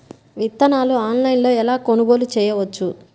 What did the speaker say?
విత్తనాలను ఆన్లైనులో ఎలా కొనుగోలు చేయవచ్చు?